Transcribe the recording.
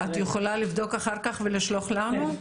את יכולה לבדוק אחר-כך ולשלוח לנו?